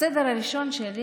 בסדר הראשון שלי